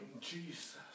Jesus